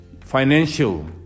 financial